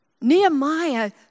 Nehemiah